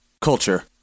Culture